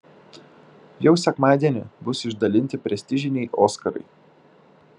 jau sekmadienį bus išdalinti prestižiniai oskarai